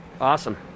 Awesome